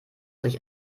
sich